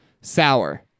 Sour